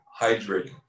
Hydrating